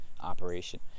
operation